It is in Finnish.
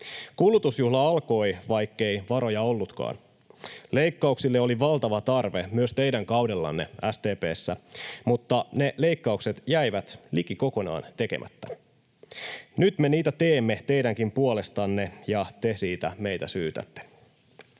Kulutusjuhla alkoi, vaikkei varoja ollutkaan. Leikkauksille oli valtava tarve myös teidän kaudellanne SDP:ssä, mutta ne leikkaukset jäivät liki kokonaan tekemättä. Nyt me niitä teemme teidänkin puolestanne ja te siitä meitä syytätte.